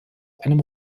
einem